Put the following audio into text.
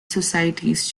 societies